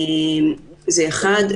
זה אחד.